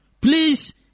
Please